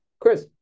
Chris